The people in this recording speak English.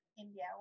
India